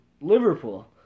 Liverpool